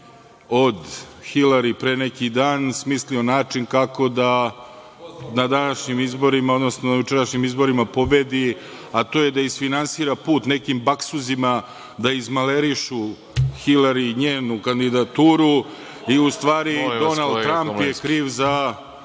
od Hilari pre neki dan, smislio način kako da na današnjim izborima, odnosno jučerašnjim izborima pobedi, a to je da isfinansira put nekim baksuzima da izmalerišu Hilari i njenu kandidaturu i u stvari Donald Tramp je kriv za